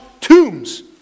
tombs